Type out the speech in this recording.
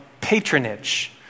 patronage